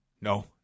No